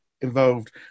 involved